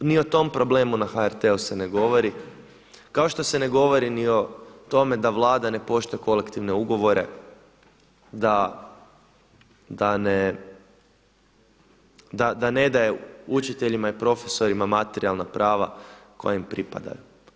Ni o tom problemu na HRT-u se ne govori, kao što se ne govori o tome da Vlada ne poštuje kolektivne ugovore, da ne daje učiteljima i profesorima materijalna prava koja im pripadaju.